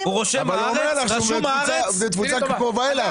הוא עונה לך שזה בתפוצה קרובה אליו.